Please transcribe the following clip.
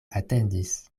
atendis